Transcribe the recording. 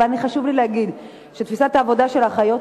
חשוב לי להגיד שתפיסת העבודה של אחיות